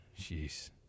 Jeez